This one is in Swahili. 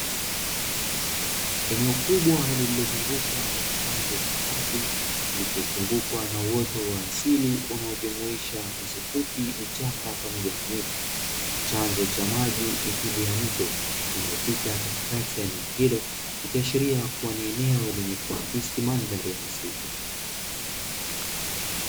Eneo kubwa lililozungukwa na kipande cha ardhi kilichozunguzwa na uoto wa asili unaojumuisha nyasi fupi, vichaka pamoja na miti na chanzo cha maji mithili ya mto unaopita katikati ya eneo hilo, ikiashiria ni eneo lenye kuakisi mandhari ya misitu.